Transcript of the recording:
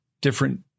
Different